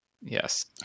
Yes